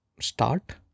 start